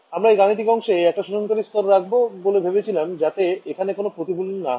আমরা এই গাণিতিক অংশে একটা শোষণকারী স্তর রাখবো বলে ভেবেছিলাম যাতে এখানে কোন প্রতিফলন না হয়